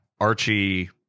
Archie